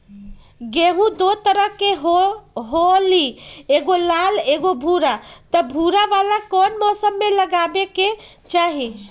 गेंहू दो तरह के होअ ली एगो लाल एगो भूरा त भूरा वाला कौन मौसम मे लगाबे के चाहि?